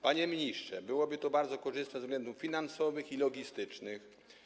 Panie ministrze, byłoby to bardzo korzystne ze względów finansowych i logistycznych.